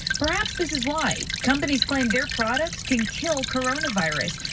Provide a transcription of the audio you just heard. perhaps this is why companies claim their products can kill coronavirus,